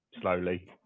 slowly